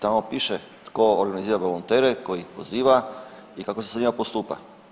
Tamo piše tko organizira volontere, tko ih poziva i kako se s njima postupa?